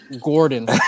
Gordon